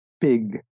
big